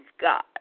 God